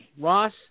Ross